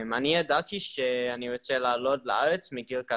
שלא מסתדרים עם זה.